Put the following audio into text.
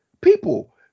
people